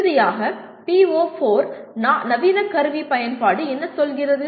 இறுதியாக PO4 நவீன கருவி பயன்பாடு என்ன சொல்கிறது